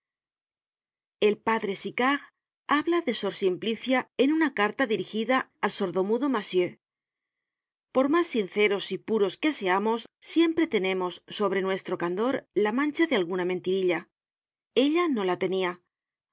el padre siccard habla de sor simplicia en una carta dirigida al sordo mudo massieu por mas sinceros y puros que seamos siempre tenemos sobre nuestro candor la mancha de alguna mentirilla ella no la tenia